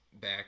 Back